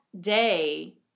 day